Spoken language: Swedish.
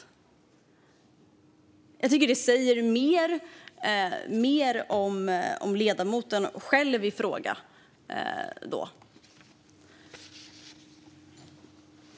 Jag tycker att det säger mer om ledamoten själv.